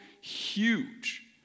huge